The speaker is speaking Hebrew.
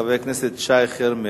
שחבר הכנסת שי חרמש